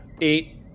eight